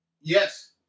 Yes